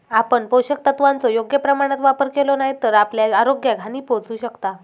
आपण पोषक तत्वांचो योग्य प्रमाणात वापर केलो नाय तर आपल्या आरोग्याक हानी पोहचू शकता